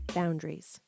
boundaries